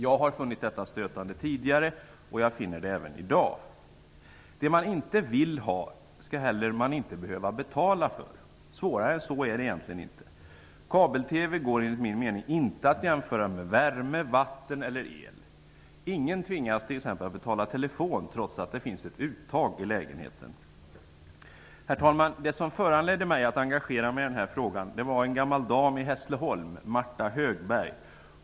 Jag har funnit detta stötande tidigare, och det gör jag även i dag. Det man inte vill ha skall man inte heller behöva betala för. Svårare än så är det egentligen inte. Kabel-TV går enligt min mening inte att jämföra med värme, vatten eller el. Ingen tvingas t.ex. att betala för telefon trots att det finns ett uttag i lägenheten. Herr talman! Det som föranledde mig att engagera mig i den här frågan var situationen för en gammal dam i Hässleholm, Martha Högberg.